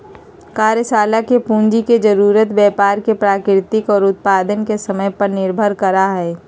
कार्यशाला पूंजी के जरूरत व्यापार के प्रकृति और उत्पादन के समय पर निर्भर करा हई